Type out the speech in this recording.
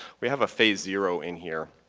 we have a phase zero in here,